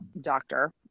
doctor